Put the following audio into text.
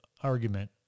argument